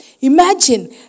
imagine